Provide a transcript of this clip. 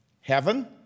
heaven